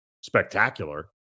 spectacular